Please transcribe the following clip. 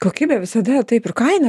kokybę visada taip ir kainą